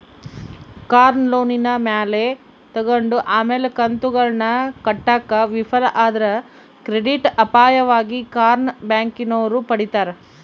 ಕಾರ್ನ ಲೋನಿನ ಮ್ಯಾಲೆ ತಗಂಡು ಆಮೇಲೆ ಕಂತುಗುಳ್ನ ಕಟ್ಟಾಕ ವಿಫಲ ಆದ್ರ ಕ್ರೆಡಿಟ್ ಅಪಾಯವಾಗಿ ಕಾರ್ನ ಬ್ಯಾಂಕಿನೋರು ಪಡೀತಾರ